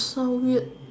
so weird